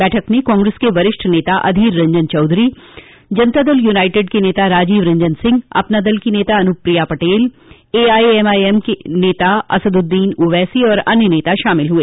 बैठक में कांग्रेस के वरिष्ठ नेता अधीर रंजन चौधरी जनता दल यूनाईटेड के नेता राजीव रंजन सिंह अपना दल की नेता अनुप्रिया पटेल एआईएमआईएम नेता असद्द्दीन ओवैसी और अन्य नेता शामिल हुए